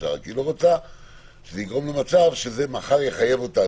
לא רוצה שזה יגרום למצב שזה מחר יחייב אותה.